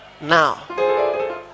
now